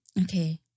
okay